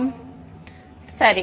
மாணவர் சரி